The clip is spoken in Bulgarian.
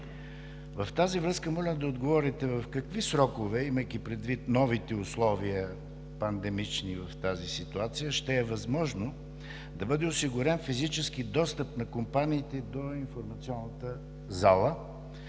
В тази връзка моля да отговорите: в какви срокове, имайки предвид новите пандемични условия в тази ситуация, ще е възможно да бъде осигурен физически достъп на компаниите до Информационната зала?